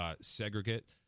segregate